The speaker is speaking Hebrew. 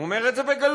הוא אומר את זה בגלוי.